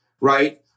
right